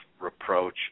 reproach